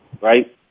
Right